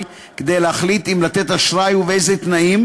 כדי להחליט אם לתת אשראי ובאילו תנאים,